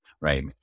right